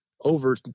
over